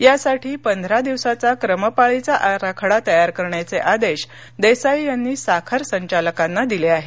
यासाठी पंधरा दिवसाचा क्रमपाळीचा आराखडा तयार करण्याचे आदेश देसाई यांनी साखर संचालकांना दिले आहेत